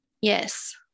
yes